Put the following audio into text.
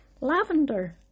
lavender